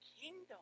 kingdom